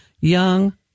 young